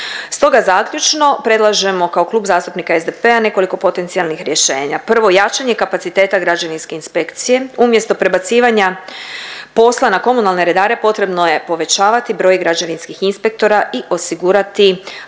Stoga zaključno predlažemo kao Klub zastupnika SDP-a nekoliko potencijalnih rješenja. Prvo, jačanje kapaciteta građevinske inspekcije, umjesto prebacivanja posla na komunalne redare potrebno je povećavati broj građevinskih inspektora i osigurati